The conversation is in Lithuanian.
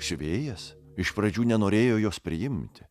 siuvėjas iš pradžių nenorėjo jos priimti